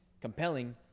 compelling